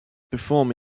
perform